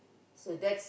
so that's